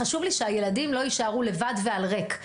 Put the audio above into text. חשוב שהילדים לא יישארו לבד ועל ריק,